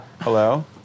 Hello